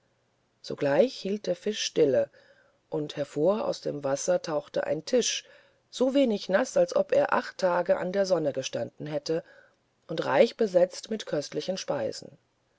sogleich hielt der fisch stille und hervor aus dem wasser tauchte ein tisch so wenig naß als ob er acht tage an der sonne gestanden wäre und reich besetzt mit köstlichen speisen